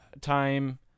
time